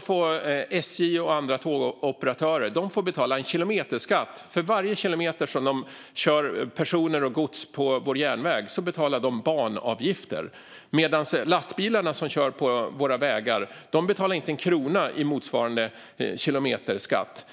får SJ och andra tågoperatörer betala en kilometerskatt. För varje kilometer som de kör personer och gods på järnväg betalar de banavgifter, medan lastbilarna som kör på våra vägar inte betalar en krona i motsvarande kilometerskatt.